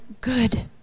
good